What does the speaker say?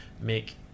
make